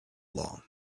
long